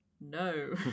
no